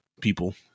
people